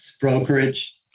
brokerage